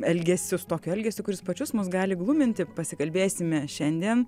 elgesiu tokiu elgesiu kuris pačius mus gali gluminti pasikalbėsime šiandien